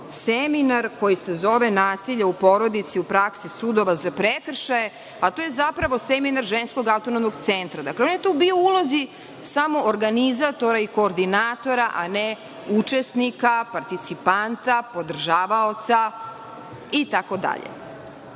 seminar koji se zove „Nasilje u porodici u praksi sudova za prekršaje“, a to je zapravo seminar Ženskog autonomnog centra. Dakle, on je tu bio u ulozi samo organizatora i koordinatora, a ne učesnika, participanta, podržavaoca itd.